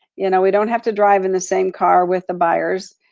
you know, we don't have to drive in the same car with the buyers,